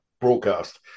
broadcast